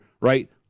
right